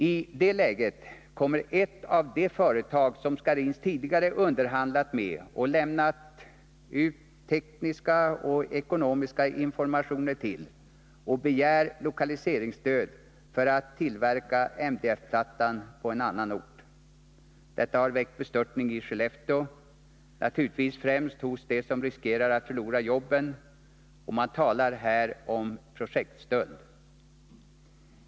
I det läget kommer ett av de företag som Scharins tidigare underhandlat med och lämnat tekniska och ekonomiska informationer till, med begäran om lokaliseringsstöd för att tillverka MDF-plattan på annan ort. Detta har väckt bestörtning i Skellefteå — naturligtvis främst hos dem som riskerar att förlora jobben — och man talar här om projektstöld.